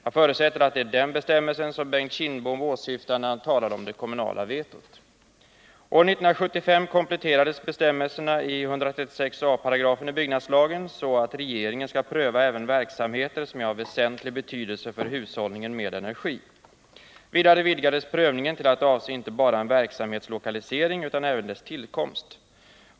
Jag förutsätter att det är den bestämmelsen som Bengt Kindbom åsyftar när han talar om det kommunala vetot. År 1975 kompletterades bestämmelserna i 136 a § BL så att regeringen skall pröva även verksamheter som är av väsentlig betydelse för hushållningen med energi. Vidare vidgades prövningen till att avse inte bara en verksamhets lokalisering utan även dess tillkomst.